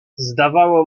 zdawało